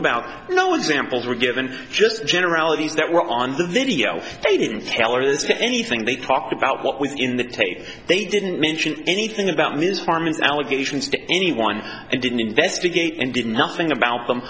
examples were given just generalities that were on the video they didn't tell or this to anything they talked about what was in the tape they didn't mention anything about ms harman's allegations to anyone and didn't investigate and did nothing about them